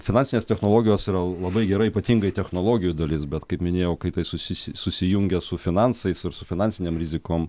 finansinės technologijos yra labai gerai ypatingai technologijų dalis bet kaip minėjau kai tai susi susijungia su finansais ir su finansinėm rizikom